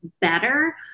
better